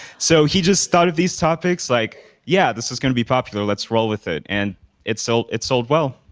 so he just started these topics like yeah, this is gonna be popular, let's roll with it. and it sold it sold well,